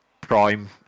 prime